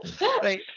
Right